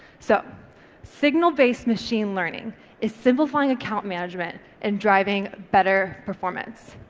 so signal based machine learning is simplifying account management and driving better performance.